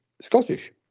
Scottish